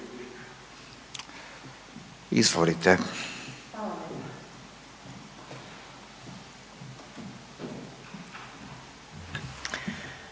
izvolite.